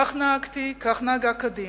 כך נהגתי, כך נהגה קדימה.